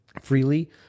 freely